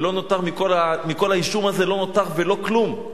ומכל האישום הזה לא נותר ולא כלום,